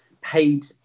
paid